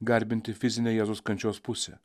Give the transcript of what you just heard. garbinti fizinę jėzaus kančios pusę